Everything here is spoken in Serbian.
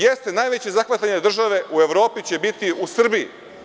Najveća zahvatanja države u Evropi će biti u Srbiji.